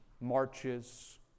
marches